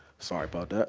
sorry about that.